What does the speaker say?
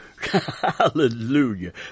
Hallelujah